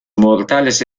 mortales